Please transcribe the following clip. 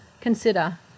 consider